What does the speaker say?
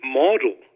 model